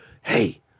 Hey